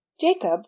Jacob